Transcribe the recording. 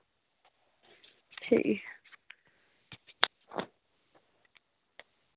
ठीक